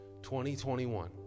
2021